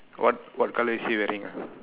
what what colour is he wearing ah